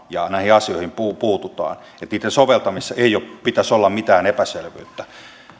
ja näihin asioihin puututaan niiden soveltamisessa ei pitäisi olla mitään epäselvyyttä